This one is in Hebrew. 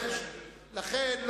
לכן,